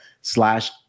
slash